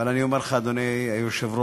אבל אני אומר לך, אדוני היושב-ראש,